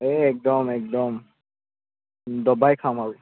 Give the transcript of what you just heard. এই একদম একদম দবাই খাম আৰু